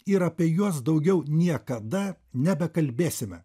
ir apie juos daugiau niekada nebekalbėsime